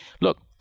Look